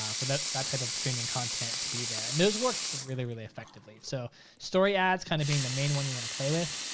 um for that that type of streaming content to be there. and those worked really really effectively. so story ads kinda being the main one you wanna play with.